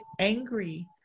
angry